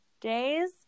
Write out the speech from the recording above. days